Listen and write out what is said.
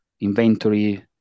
inventory